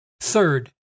Third